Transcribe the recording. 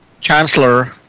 Chancellor